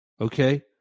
Okay